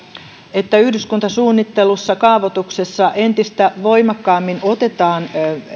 että yhdyskuntasuunnittelussa kaavoituksessa entistä voimakkaammin otetaan